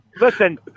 Listen